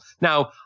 Now